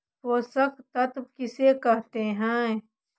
पोषक तत्त्व किसे कहते हैं?